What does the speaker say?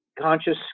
conscious